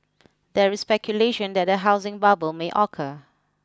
there is speculation that a housing bubble may occur